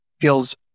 feels